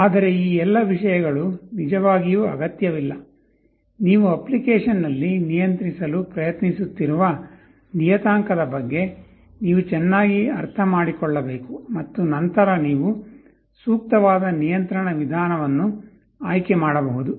ಆದರೆ ಈ ಎಲ್ಲ ವಿಷಯಗಳು ನಿಜವಾಗಿಯೂ ಅಗತ್ಯವಿಲ್ಲ ನೀವು ಅಪ್ಲಿಕೇಶನ್ನಲ್ಲಿ ನಿಯಂತ್ರಿಸಲು ಪ್ರಯತ್ನಿಸುತ್ತಿರುವ ನಿಯತಾಂಕದ ಬಗ್ಗೆ ನೀವು ಚೆನ್ನಾಗಿ ಅರ್ಥಮಾಡಿಕೊಳ್ಳಬೇಕು ಮತ್ತು ನಂತರ ನೀವು ಸೂಕ್ತವಾದ ನಿಯಂತ್ರಣ ವಿಧಾನವನ್ನು ಆಯ್ಕೆ ಮಾಡಬಹುದು